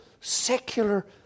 secular